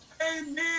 amen